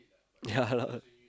ya lah